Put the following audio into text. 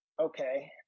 okay